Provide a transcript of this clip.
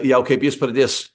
jau kaip jis pradės